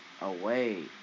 away